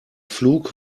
flug